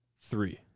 three